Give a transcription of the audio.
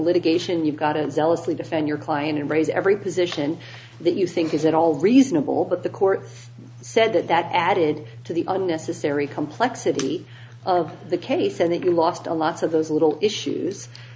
litigation you've got and zealously defend your client and raise every position that you think is at all reasonable but the court said that that added to the unnecessary complexity of the kenny said that you lost a lot of those little issues